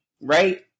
right